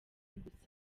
gusa